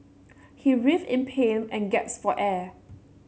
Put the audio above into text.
he writhed in pain and gasped for air